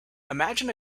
imagine